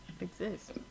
exist